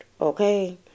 okay